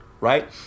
Right